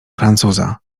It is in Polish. francuza